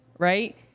Right